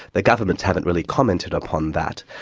the governments haven't really commented upon that.